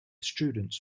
students